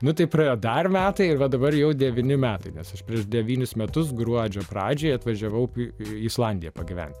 nu tai praėjo dar metai ir va dabar jau devyni metai nes aš prieš devynis metus gruodžio pradžioje atvažiavau į is islandiją pagyvent